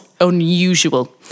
unusual